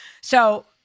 So-